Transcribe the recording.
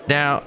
Now